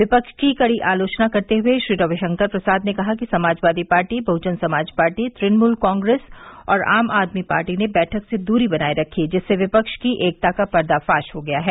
विपक्ष की कड़ी आलोचना करते हुए श्री रवि शंकर प्रसाद ने कहा कि Samajwadi Party Bahujan Samaj Party Trinamool Congress और आम आदमी पार्टी ने बैठक से दूरी बनाये रखी जिससे विपक्ष की एकता का पर्दाफाश हो गया है